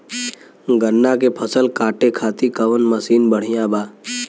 गन्ना के फसल कांटे खाती कवन मसीन बढ़ियां बा?